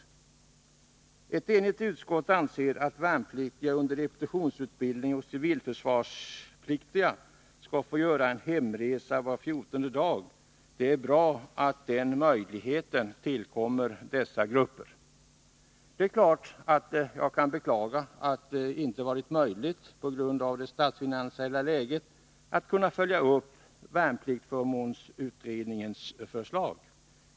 Ett enigt utskott anser att värnpliktiga under repetitionsutbildning samt civilförsvarspliktiga skall få göra en hemresa var fjortonde dag. Det är bra att den möjligheten tillkommer dessa grupper. Det är beklagligt att det inte varit möjligt på grund av det statsfinansiella läget att följa upp värnpliktsförmånsutredningens förslag.